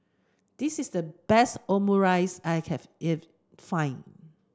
this is the best Omurice I if find